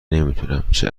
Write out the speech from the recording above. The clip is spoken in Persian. نمیتونم، چه